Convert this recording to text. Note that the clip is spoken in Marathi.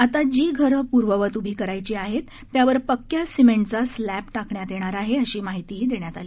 आता जी घरे पूर्ववत उभी करायची आहे त्यावर पक्क्या सिमेंटचा स्लॅब टाकण्यात येणार आहे अशी माहितीही देण्यात आली